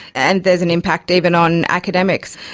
and there's an impact even on academics.